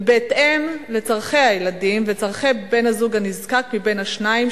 ובהתאם לצורכי הילדים וצורכי בן-הזוג הנזקק מבין השניים,